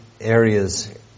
areas